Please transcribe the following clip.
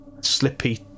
slippy